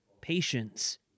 patience